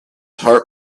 heart